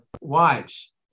Wives